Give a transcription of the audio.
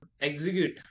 execute